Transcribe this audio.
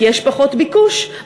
כי יש פחות ביקוש,